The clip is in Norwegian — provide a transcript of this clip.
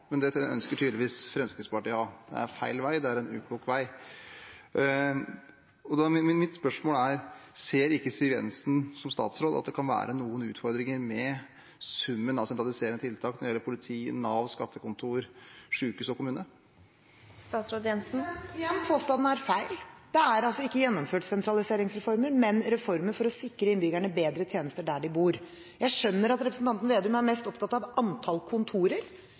men det ønsker tydeligvis Fremskrittspartiet. Det er feil vei, det er en uklok vei. Mitt spørsmål er: Ser ikke Siv Jensen som statsråd at det kan være noen utfordringer med summen av sentraliserende tiltak når det gjelder politi, Nav, skattekontor, sykehus og kommune? Igjen: Påstanden er feil. Det er ikke gjennomført sentraliseringsreformer, men reformer for å sikre innbyggerne bedre tjenester der de bor. Jeg skjønner at representanten Slagsvold Vedum er mest opptatt av antall kontorer.